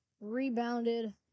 Rebounded